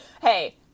Hey